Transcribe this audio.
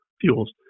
fuels